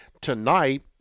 tonight